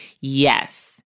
yes